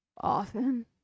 Often